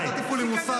זה לא פינג פונג.